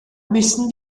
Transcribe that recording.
müssen